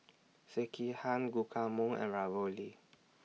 Sekihan Guacamole and Ravioli